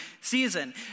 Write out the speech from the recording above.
season